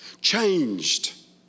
Changed